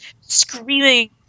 screaming